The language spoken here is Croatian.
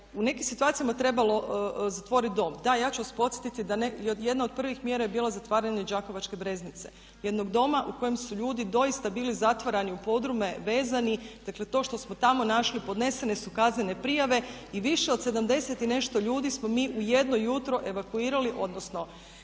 u nekim situacijama trebalo zatvoriti dom, da, ja ću vas podsjetiti da je jedna od prvih mjera bila zatvaranje đakovačke breznice, jednog doma u kojem su ljudi doista bili zatvarani u podrume, vezani. Dakle, to što smo tamo našli, podnesene su kaznene prijave i više od 70 i nešto ljudi smo mi u jedno jutro evakuirali odnosno